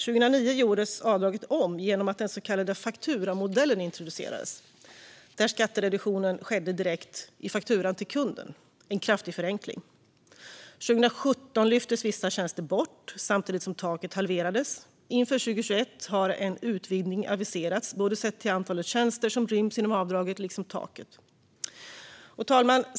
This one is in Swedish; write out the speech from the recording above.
År 2009 gjordes avdraget om genom att den så kallade fakturamodellen introducerades, där skatterevisionen skedde direkt i fakturan till kunden - en kraftig förenkling. År 2017 lyftes vissa tjänster bort samtidigt som taket halverades. Inför 2021 har en utvidgning aviserats både sett till antalet tjänster som ryms inom avdraget liksom taket. RUT-avdraget Fru talman!